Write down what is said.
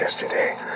yesterday